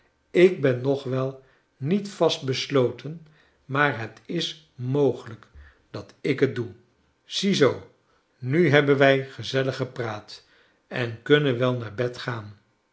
ik ben nog wel niet vastbesloten maar het is mogelijk dat ik het doe ziezoo nu hebben wij gezellig gepraat en kunnen wel naar bed gaan